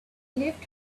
left